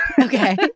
Okay